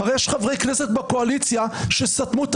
הרי יש חברי כנסת בקואליציה שסתמו את